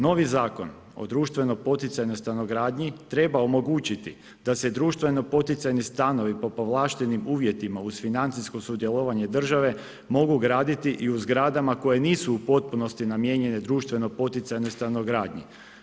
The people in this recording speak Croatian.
Novi Zakon o društvo poticajnoj stanogradnji treba omogućiti da se društveno poticajni stanovi po povlaštenim uvjetima uz financijsko sudjelovanje države mogu graditi i u zgradama koje nisu u potpunosti namijenjene društveno poticajnoj stanogradnji.